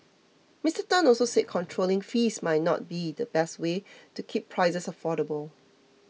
Mister Tan also said controlling fees might not be the best way to keep prices affordable